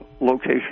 location